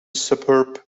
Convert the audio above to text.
suburb